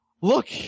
look